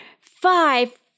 five